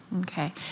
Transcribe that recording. Okay